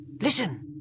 Listen